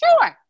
Sure